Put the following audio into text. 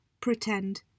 pretend